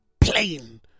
plain